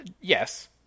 yes